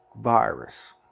virus